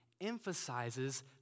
emphasizes